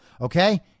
okay